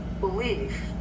belief